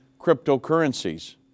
cryptocurrencies